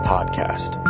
Podcast